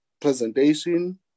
presentation